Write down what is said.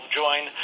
join